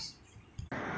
now at school right like